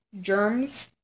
germs